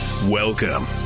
Welcome